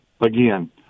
again